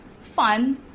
fun